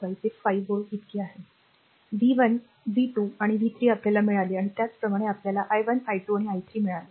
25 तर ते 5 व्होल्ट इतके आहे व्ही 1 व्ही 2 व्ही 3 आपल्याला मिळाले आणि त्याचप्रमाणे आपल्याला i1 i2 आणि i3 मिळाले